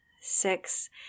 six